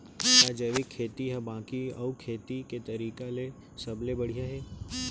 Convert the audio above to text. का जैविक खेती हा बाकी अऊ खेती के तरीका ले सबले बढ़िया हे?